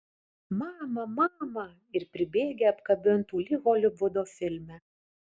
mama mama ir pribėgę apkabintų lyg holivudo filme